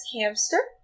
Hamster